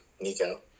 Nico